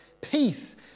peace